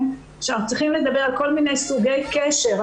שאנחנו צריכים לדבר על כל מיני סוגי קשר,